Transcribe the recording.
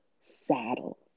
saddle